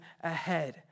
ahead